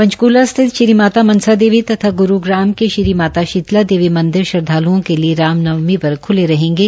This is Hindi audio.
पंचकला स्थित श्री माता मनसा देवी तथा गुरूग्राम के श्री माता शीतला देवी मंदिर श्रदवालूओं के लिए रामनवमी पर खुले रहेंगे